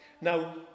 Now